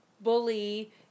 bully